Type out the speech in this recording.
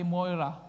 Moira